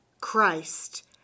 Christ